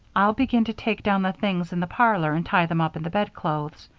i'll begin to take down the things in the parlor and tie them up in the bedclothes.